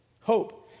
Hope